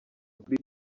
kuri